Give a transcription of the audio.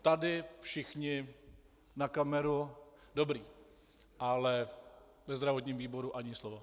Tady všichni na kameru dobrý, ale ve zdravotním výboru ani slovo.